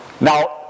Now